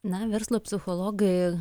na verslo psichologai